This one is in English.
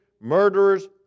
murderers